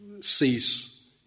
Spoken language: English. cease